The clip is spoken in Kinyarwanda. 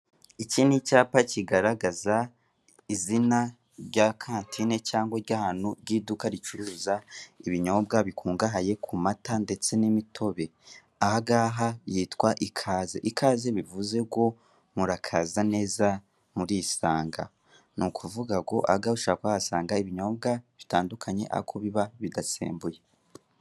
Iki ni icyapa kigaragaza izina rya kantine cyangwa i ry'ahantu ry'iduka ricuruza ibinyobwa bikungahaye ku mata ndetse n'imitobe, aha ngaha hitwa ikaze, ikaze bivuze ngo murakaza neza murisanga, ni ukuvuga ngo aha ngaha ushobora kuba wahasanga ibinyobwa bitandukanye ariko biba bidasembuye.